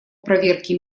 проверке